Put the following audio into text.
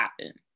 happen